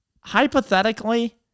hypothetically